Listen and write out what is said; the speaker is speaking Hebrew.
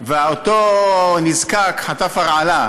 ואותו נזקק חטף הרעלה,